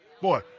Boy